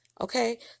okay